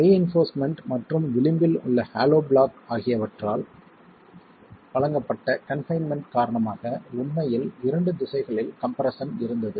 reinforcement மற்றும் விளிம்பில் உள்ள ஹாலோ பிளாக் ஆகியவற்றால் வழங்கப்பட்ட கன்பைன்மென்ட் காரணமாக உண்மையில் இரண்டு திசைகளில் கம்ப்ரெஸ்ஸன் இருந்தது